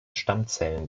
stammzellen